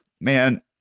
man